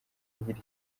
agira